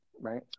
right